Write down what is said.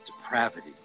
depravity